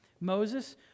Moses